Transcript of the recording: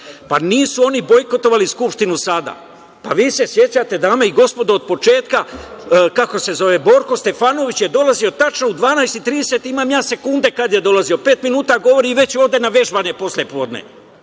nisu oni bojkotovali Skupštinu sada. Vi se sećate, dame i gospodo, od početka Borko Stefanović je dolazio tačno u 12,30 imam ja sekunde kad je dolazio, pet minuta govori, ode na vežbanje posle podne.